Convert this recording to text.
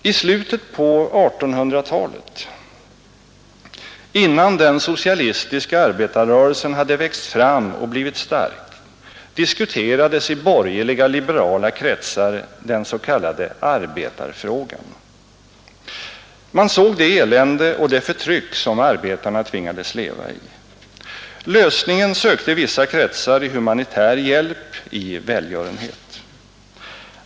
I slutet på 1800-talet, innan den socialistiska arbetarrörelsen hade växt fram och blivit stark, diskuterades i borgerliga liberala kretsar den s.k. arbetarfrågan. Man såg det elände och det förtryck som arbetarna tvingades leva i. Lösningen sökte vissa kretsar i humanitär hjälp, i välgörenhet.